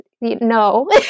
no